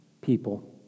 people